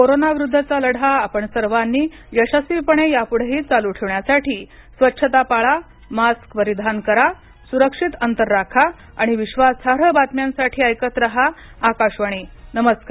कोरोनाविरुद्धचा लढा आपण सर्वांनी यशस्वीपणे यापुढेही चालू ठेवण्यासाठी स्वच्छता पाळा मास्क परिधान करा सुरक्षित अंतर राखा आणि विश्वासार्ह बातम्यांसाठी ऐकत राहा आकाशवाणी नमस्कार